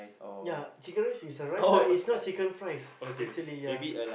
ya chicken rice is the rice lah is not chicken fries actually ya